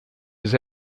his